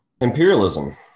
imperialism